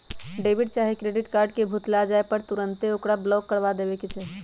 debit चाहे credit card के भुतला जाय पर तुन्ते ओकरा ब्लॉक करबा देबेके चाहि